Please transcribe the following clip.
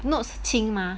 notes 轻吗